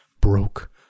broke